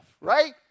Right